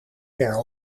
per